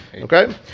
Okay